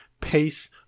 pace